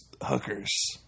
hookers